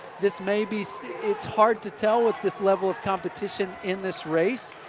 this may be it's hard to tell with this level of competition in this race.